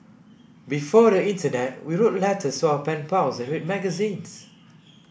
before the internet we wrote letters to our pen pals and read magazines